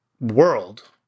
world